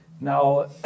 Now